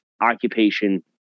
occupation